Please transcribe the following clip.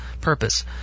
Purpose